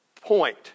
point